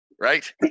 Right